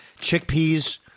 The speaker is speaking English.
Chickpeas